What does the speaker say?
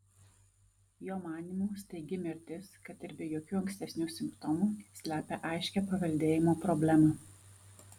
jo manymu staigi mirtis kad ir be jokių ankstesnių simptomų slepia aiškią paveldėjimo problemą